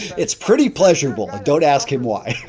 it's pretty pleasurable and don't ask him why.